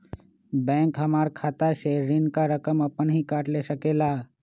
Bank हमार खाता से ऋण का रकम अपन हीं काट ले सकेला?